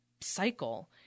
cycle